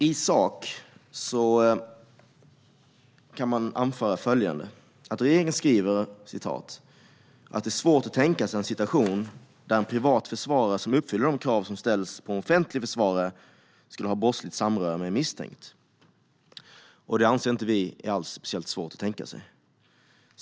I sak kan man anföra följande: Regeringen skriver att det är svårt att tänka sig en situation där en privat försvarare som uppfyller de krav som ställs på en offentlig försvarare skulle ha brottsligt samröre med en misstänkt. Vi anser inte att det är speciellt svårt att tänka sig det.